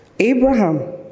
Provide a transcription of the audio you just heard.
Abraham